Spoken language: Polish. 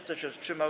Kto się wstrzymał?